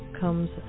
comes